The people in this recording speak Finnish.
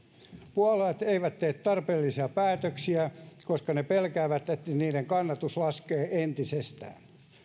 puolueet eivät tee tarpeellisia päätöksiä koska ne pelkäävät että niiden kannatus laskee entisestään